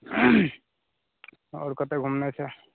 आओर कतऽ घुमनाइ छै